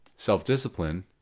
Self-discipline